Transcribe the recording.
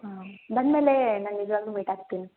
ಹಾಂ ಬಂದ ಮೇಲೆ ನಾನು ನಿಜವಾಗ್ಲು ಮೀಟ್ ಆಗ್ತೀನಿ